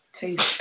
taste